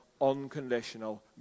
unconditional